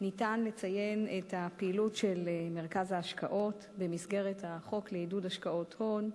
ניתן לציין את הפעילות של מרכז ההשקעות במסגרת החוק לעידוד השקעות הון,